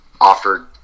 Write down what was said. offered